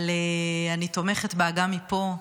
אבל אני תומכת בה גם מפה,